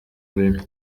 bruno